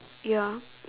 ya